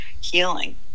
healing